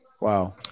Wow